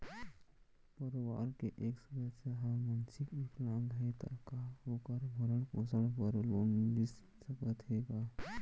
परवार के एक सदस्य हा मानसिक विकलांग हे त का वोकर भरण पोषण बर लोन मिलिस सकथे का?